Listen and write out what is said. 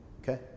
Okay